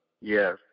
Yes